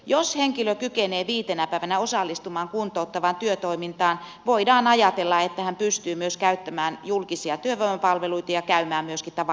jos henkilö kykenee viitenä päivänä osallistumaan kuntouttavaan työtoimintaan voidaan ajatella että hän pystyy myös käyttämään julkisia työvoimapalveluita ja käymään myöskin tavallisessa työssä